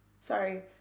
Sorry